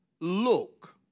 look